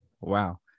wow